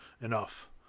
enough